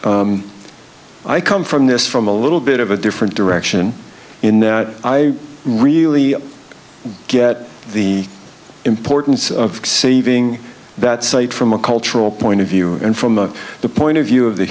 i come from this from a little bit of a different direction in that i really get the importance of saving that site from a cultural point of view and from the point of view of the